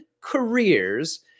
careers